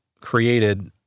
created